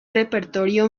repertorio